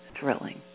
thrilling